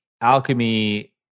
alchemy